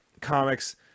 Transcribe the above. comics